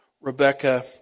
Rebecca